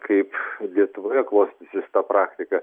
kaip lietuvoje klostysis ta praktika